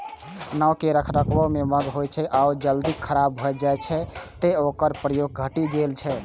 नाव के रखरखाव महग होइ छै आ ओ जल्दी खराब भए जाइ छै, तें ओकर प्रयोग घटि गेल छै